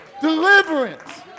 deliverance